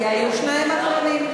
כי היו שניים אחרונים.